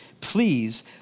Please